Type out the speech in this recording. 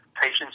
patients